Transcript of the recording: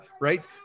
right